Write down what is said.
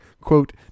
quote